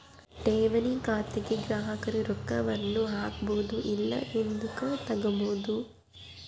ಠೇವಣಿ ಖಾತೆಗ ಗ್ರಾಹಕರು ರೊಕ್ಕವನ್ನ ಹಾಕ್ಬೊದು ಇಲ್ಲ ಹಿಂದುಕತಗಬೊದು